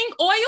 oil